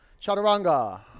chaturanga